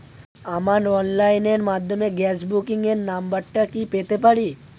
আমার অনলাইনের মাধ্যমে গ্যাস বুকিং এর নাম্বারটা কি পেতে পারি?